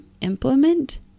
implement